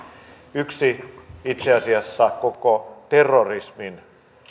yksi osa itse asiassa koko terrorismin